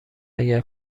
اگر